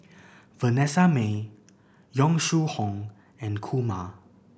Vanessa Mae Yong Shu Hoong and Kumar